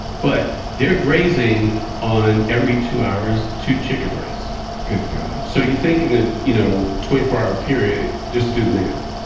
but they're grazing on every two hours, two chicken breasts good god so you think in a you know twenty four hour period, just do the math.